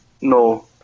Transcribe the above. no